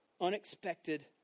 unexpected